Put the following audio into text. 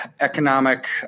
economic